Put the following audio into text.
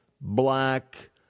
black